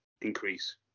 increase